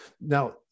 Now